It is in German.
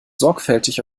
sorgfältig